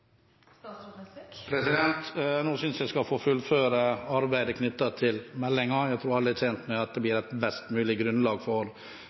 Nå synes jeg vi skal få fullføre arbeidet knyttet til meldingen, jeg tror alle er tjent med at det blir et best mulig grunnlag for